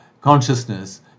consciousness